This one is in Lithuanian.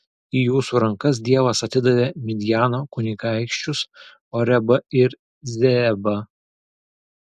į jūsų rankas dievas atidavė midjano kunigaikščius orebą ir zeebą